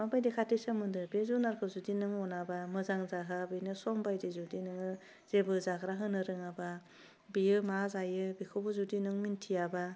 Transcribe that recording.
माबायदि खाथि सोमोन्दो बे जुनारखौ जुदि नों अनाबा मोजां जाहोवा बेनो सम बायदि जुदि नोङो जेबो जाग्रा होनो रोङाबा बेयो मा जायो बेखौबो जुदि नों मिनथियाबा